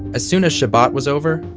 as soon as shabbat was over,